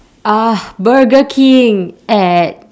uh burger king at